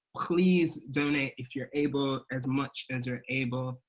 please donate if you're able, as much as you're able.